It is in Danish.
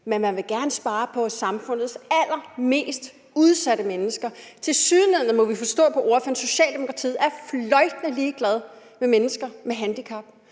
Men man vil gerne spare i forhold til samfundets allermest udsatte mennesker. Tilsyneladende må vi forstå på ordføreren, at Socialdemokratiet er fløjtende ligeglad med mennesker med handicap,